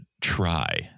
try